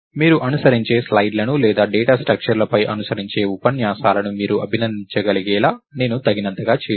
మీరు అనుసరించే స్లయిడ్లను లేదా డేటా స్ట్రక్చర్లపై అనుసరించే ఉపన్యాసాలను మీరు అభినందించగలిగేలా నేను తగినంతగా చేశాను